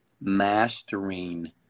mastering